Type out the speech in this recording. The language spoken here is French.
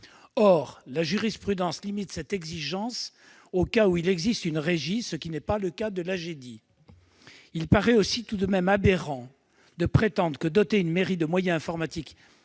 Or la jurisprudence limite cette exigence aux cas où il existe une régie, ce qui n'est pas le cas pour l'Agedi. Il paraît tout de même aberrant, en outre, de prétendre que doter une mairie de moyens informatiques